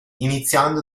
iniziando